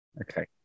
okay